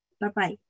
Bye-bye